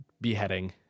beheading